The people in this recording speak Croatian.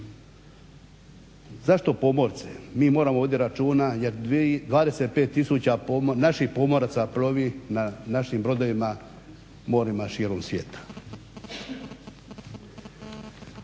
Zašto pomorce? Mi moramo voditi računa jer 25 tisuća naših pomoraca plovi na našim brodovima morima širom svijeta.